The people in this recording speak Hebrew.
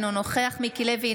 אינו נוכח מיקי לוי,